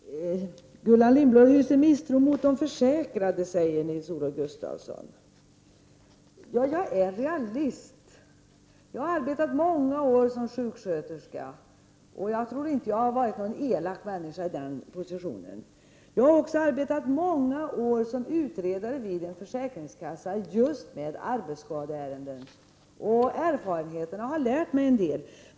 Herr talman! Gullan Lindblad hyser misstro mot de försäkrade, sade Nils Olof Gustafsson. Jag är realist. Jag har arbetat många år som sjuksköterska, och jag tror inte att jag har varit någon elak människa i den positionen. Jag har också arbetat många år vid en försäkringskassa med att utreda just arbetsskadeärenden, och erfarenheterna har lärt mig en del.